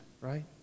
right